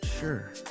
sure